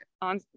on